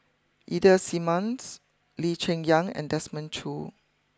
Ida Simmons Lee Cheng Yan and Desmond Choo